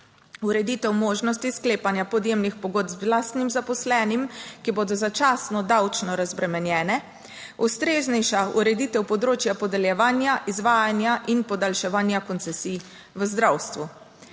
ureditev možnosti sklepanja podjemnih pogodb z lastnim zaposlenim, ki bodo začasno davčno razbremenjene, ustreznejša ureditev področja podeljevanja, izvajanja in podaljševanja koncesij v zdravstvu.